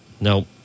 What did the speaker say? No